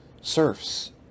serfs